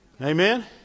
Amen